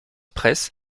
presse